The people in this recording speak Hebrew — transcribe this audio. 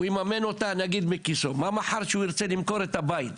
ונגיד שהוא יממן אותה מכיסו מה יקרה מחר כשהוא ירצה למכור את הבית?